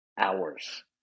hours